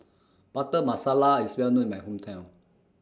Butter Masala IS Well known in My Hometown